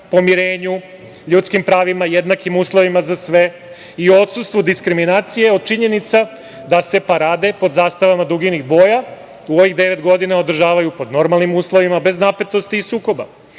pomirenju, ljudskim pravima, jednakim uslovima za sve i odstustvu diskriminacije od činjenica da se parade pod zastavama duginih boja u ovih devet godina održavaju pod normalnim uslovima, bez napetosti i sukoba?